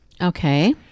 Okay